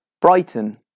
Brighton